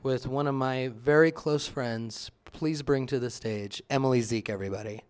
with one of my very close friends please bring to the stage emily zeke everybody